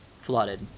flooded